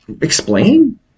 Explain